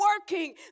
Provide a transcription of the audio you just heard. working